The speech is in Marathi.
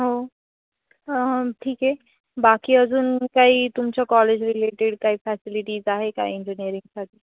हो ठीक आहे बाकी अजून काही तुमच्या कॉलेज रिलेटेड काही फॅसिलिटीज आहे काय इंजिनअरिंगसाठी